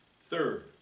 Third